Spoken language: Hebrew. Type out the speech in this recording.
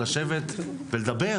לשבת ולדבר,